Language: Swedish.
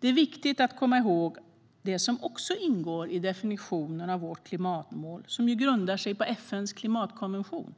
Det är viktigt att komma ihåg det som också ingår i definitionen av vårt klimatmål, som ju grundar sig på FN:s klimatkonvention.